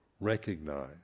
recognize